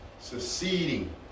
succeeding